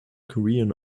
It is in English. korean